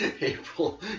April